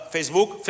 Facebook